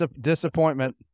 Disappointment